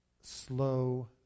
slow